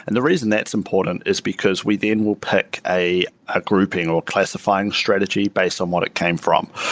and the reason that's important is because we then will pick a a grouping or a classifying strategy based on what it came from.